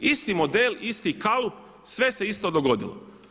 Isti model, isti kalup, sve se isto dogodilo.